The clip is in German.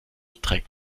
trägt